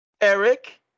Eric